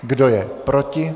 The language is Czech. Kdo je proti?